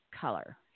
color